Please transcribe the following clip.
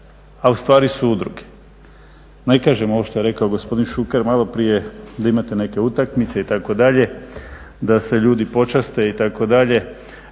a ustvari su udruge. Ne kažem, ovo što je rekao gospodin Šuker maloprije, da imate neke utakmice, itd., da se ljudi počaste, itd., ali